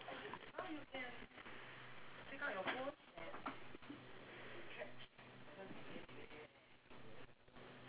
my day was good today uh surprisingly the traffic in singapore is actually very good